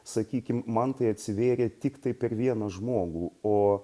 sakykim man tai atsivėrė tiktai per vieną žmogų o